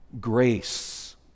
grace